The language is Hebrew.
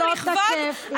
אם הוא לא תקף לגבייך,